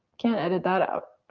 can't edit that out.